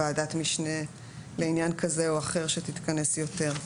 ועדת משנה לעניין כזה או אחר שתתכנס יותר.